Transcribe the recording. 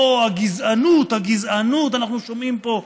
אוה, הגזענות, הגזענות, אנחנו שומעים פה.